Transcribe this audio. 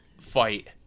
fight